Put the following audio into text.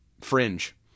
fringe